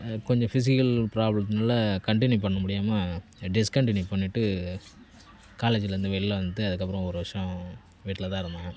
கொஞ்சம் ஃபிஸிக்கல் ப்ராப்ளத்துனால் கண்டினியு பண்ண முடியாமல் டிஸ்கண்டினியு பண்ணிட்டு காலேஜுலேருந்து வெளில வந்து அதுக்கு அப்புறம் ஒரு வருஷம் வீட்டில் தான் இருந்தேன்